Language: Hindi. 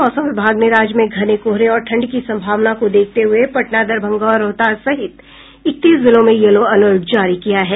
मौसम विभाग ने राज्य में घने कोहरे और ठंड की सम्भावना को देखते हुये पटना दरभंगा और रोहतास सहित इकतीस जिलों में येलो अलर्ट जारी किया है